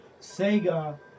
Sega